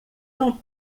não